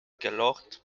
gelocht